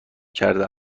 کرده